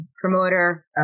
Promoter